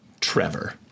Trevor